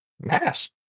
mass